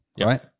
right